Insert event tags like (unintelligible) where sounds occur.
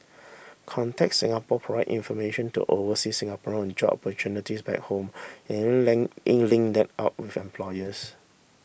contact Singapore provide information to overseas Singaporean on job opportunities back home and (unintelligible) link them up with employers